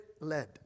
led